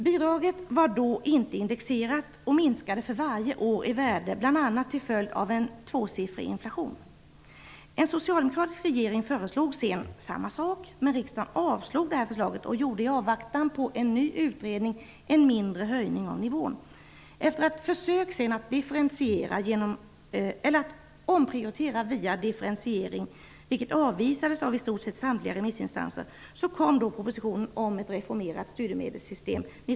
Bidraget var då inte indexerat utan minskade för varje år i värde, bl.a. till följd av en tvåsiffrig inflation. En socialdemokratisk regering föreslog sedan detta, men riksdagen avslog förslaget och beslöt i avvaktan på en ny utredning en mindre höjning av nivån. Efter ett försök med omprioritering via differentiering, vilket avvisades av i stort sett samtliga remissinstanser, kom så småningom 1988 propositionen om ett reformerat studiemedelssystem.